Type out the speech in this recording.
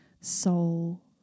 soul